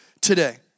today